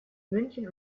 münchen